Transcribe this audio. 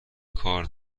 کار